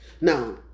Now